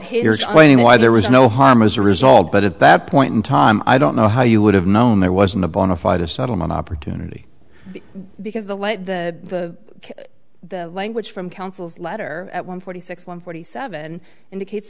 plane why there was no harm as a result but at that point in time i don't know how you would have known there wasn't a bona fide a settlement opportunity because the let the language from counsel's letter at one forty six one forty seven indicates